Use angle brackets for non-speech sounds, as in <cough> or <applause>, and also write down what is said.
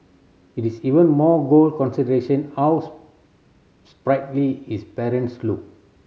it is even more gold consideration how <unintelligible> sprightly his parents look